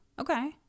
okay